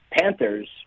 Panthers